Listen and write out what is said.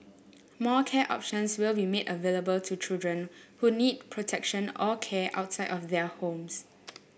more care options will be made available to children who need protection or care outside of their homes